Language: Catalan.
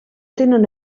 tenen